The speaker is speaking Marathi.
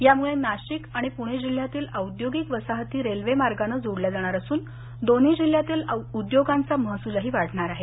यामुळे नाशिक आणि पुणे जिल्ह्यातील औद्योगिक वसाहती रेल्वे मार्गाने जोडल्या जाणार असून दोन्ही जिल्ह्यतील उद्योगांचा महसूल वाढणार आहे